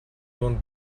дунд